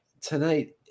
tonight